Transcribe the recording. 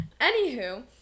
Anywho